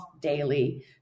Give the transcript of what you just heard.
daily